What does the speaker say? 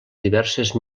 diverses